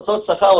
הוצאות שכר,